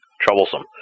Troublesome